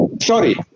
sorry